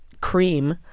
cream